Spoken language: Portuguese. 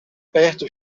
perto